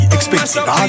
Expensive